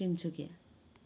Tinsukia